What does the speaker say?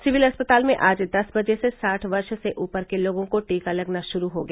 civil अस्पताल में आज दस बजे से साठ वर्ष से ऊपर के लोगों को टीका लगना शुरू हो गया